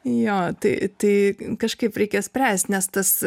jo tai tai kažkaip reikia spręst nes tas